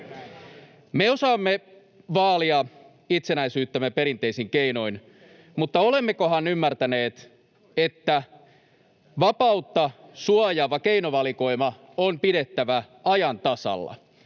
Me osaamme vaalia itsenäisyyttämme perinteisin keinoin, mutta olemmekohan ymmärtäneet, että vapautta suojaava keinovalikoima on pidettävä ajan tasalla?